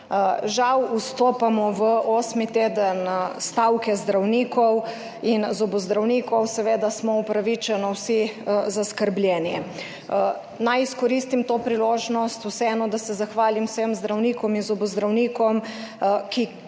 Žal vstopamo v osmi teden stavke zdravnikov in zobozdravnikov. Seveda smo upravičeno vsi zaskrbljeni. Naj vseeno izkoristim to priložnost, da se zahvalim vsem zdravnikom in zobozdravnikom, ki